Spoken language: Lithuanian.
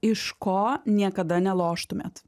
iš ko niekada neloštumėt